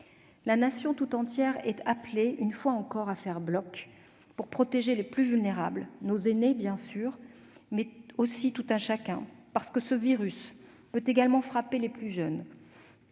La Nation tout entière est appelée une fois encore à faire bloc pour protéger les plus vulnérables, dont nos aînés, bien sûr, mais aussi tout un chacun, car ce virus peut également frapper les plus jeunes